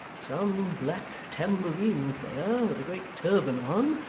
some black tambourine-player, with a great turban on,